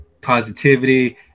positivity